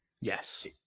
Yes